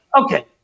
okay